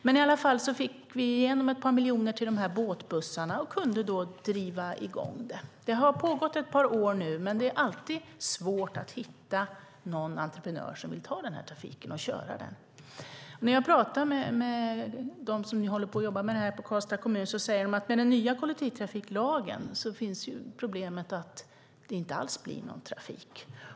Men vi fick i alla fall igenom ett par miljoner till båtbussarna och kunde då driva i gång trafiken. Den har pågått ett par år nu, men det är alltid svårt att hitta någon entreprenör som vill ta den här trafiken och köra den. När jag talar med dem som jobbar med det här på Karlstads kommun säger de att med den nya kollektivtrafiklagen finns problemet att det inte alls blir någon trafik.